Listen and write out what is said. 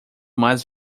mais